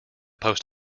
post